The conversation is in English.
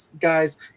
guys